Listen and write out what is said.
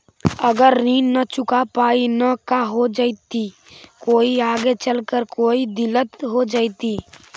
अगर ऋण न चुका पाई न का हो जयती, कोई आगे चलकर कोई दिलत हो जयती?